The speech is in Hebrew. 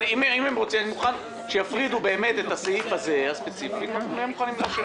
אם הם רוצים אני מוכן שיפרידו את הסעיף הספציפי הזה ואז אני מוכן לאשר.